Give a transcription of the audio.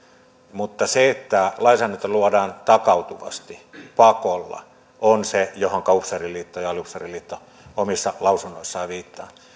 mutta se että lainsäädäntöä luodaan takautuvasti pakolla on se johon upseeriliitto ja aliupseeriliitto omissa lausunnoissaan viittaavat